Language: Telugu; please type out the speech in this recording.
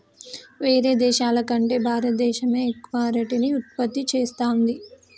వేరే దేశాల కంటే భారత దేశమే ఎక్కువ అరటిని ఉత్పత్తి చేస్తంది